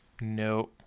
No